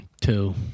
Two